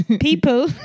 People